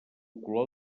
color